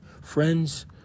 Friends